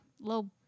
low